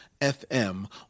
FM